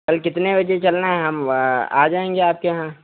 कल कितने बजे चलना है हम आ जाएंगे आपके यहाँ